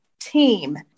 team